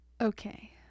Okay